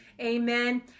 Amen